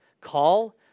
call